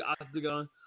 Octagon